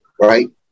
right